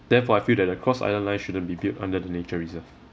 therefore I feel that the cross island line shouldn't be built under the nature reserve